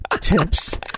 tips